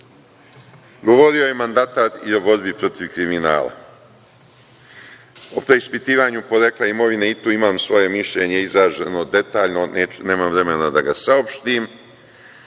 govorio je mandatar i borbi protiv kriminala, o preispitivanju porekla imovine i tu imam svoje mišljenje izraženo detaljno, nemam vremena da ga saopštim.